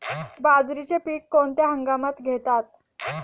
बाजरीचे पीक कोणत्या हंगामात घेतात?